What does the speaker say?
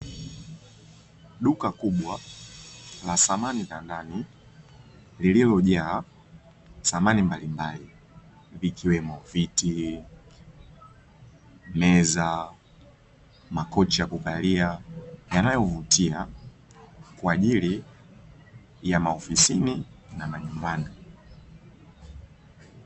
Duka kubwa la samani za ndani lililojaa samani mbalimbali vikiwemo viti, meza makochi ya kukalia yanayovutia kwa ajili ya maofisini na manyumbani.